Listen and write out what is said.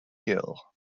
gill